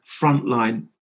frontline